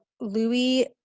Louis